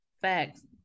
Facts